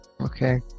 Okay